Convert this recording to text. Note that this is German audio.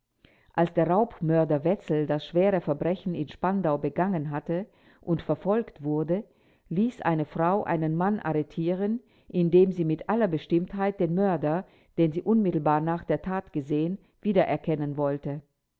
als der raubmörder wetzel das schwere verbrechen in spandau begangen hatte und verfolgt wurde ließ eine frau einen mann arretieren in dem sie mit aller bestimmtheit den mörder den sie unmittelbar nach der tat gesehen wiedererkennen wollte